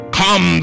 come